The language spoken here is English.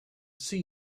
see